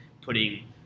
putting